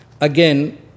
Again